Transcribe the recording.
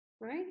right